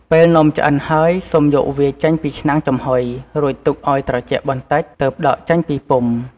ពេលនំឆ្អិនហើយ សូមយកវាចេញពីឆ្នាំងចំហុយ រួចទុកឱ្យត្រជាក់បន្តិច ទើបដកចេញពីពុម្ព។